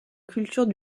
culture